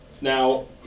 now